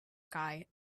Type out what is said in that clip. sky